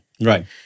Right